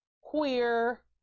queer